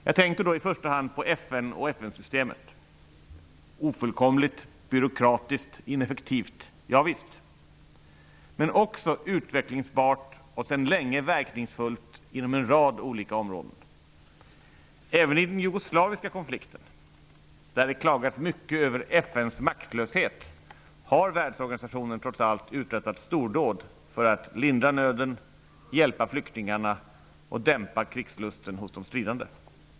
Jag tänker då i första hand på FN och FN systemet -- ofullkomligt, byråkratiskt och ineffektivt. Ja visst, men det är också utvecklingsbart och sedan länge verkningsfullt inom en rad olika områden. Även i den jugoslaviska konflikten, där det klagas mycket över FN:s maktlöshet, har världsorganisationen trots allt uträttat stordåd för att lindra nöden, hjälpa flyktingarna och dämpa krigslusten hos de stridande.